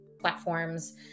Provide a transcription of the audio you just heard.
platforms